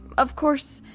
of course,